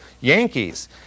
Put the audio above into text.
Yankees